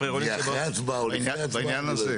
זה יהיה אחרי ההצבעה או לני ההצעה, אני לא יודע.